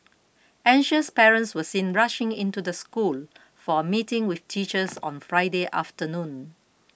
anxious parents were seen rushing into the school for a meeting with teachers on Friday afternoon